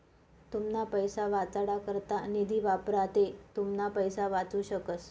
तुमना पैसा वाचाडा करता निधी वापरा ते तुमना पैसा वाचू शकस